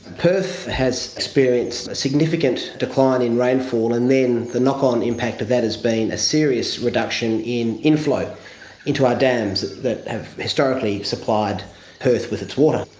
perth has experienced a significant decline in rainfall, and then the knock-on impact of that has been a serious reduction in inflow into our dams that have historically supplied perth with its water.